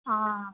অঁ